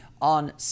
on